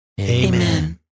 Amen